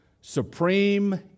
supreme